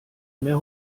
mehr